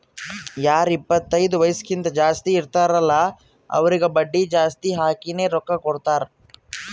ಯಾರು ಇಪ್ಪತೈದು ವಯಸ್ಸ್ಕಿಂತಾ ಜಾಸ್ತಿ ಇರ್ತಾರ್ ಅಲ್ಲಾ ಅವ್ರಿಗ ಬಡ್ಡಿ ಜಾಸ್ತಿ ಹಾಕಿನೇ ರೊಕ್ಕಾ ಕೊಡ್ತಾರ್